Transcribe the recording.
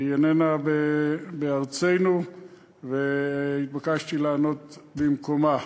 היא איננה בארצנו והתבקשתי לענות במקומה.